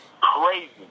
Crazy